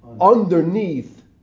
underneath